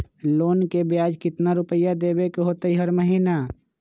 Loan के ब्याज कितना रुपैया देबे के होतइ हर महिना?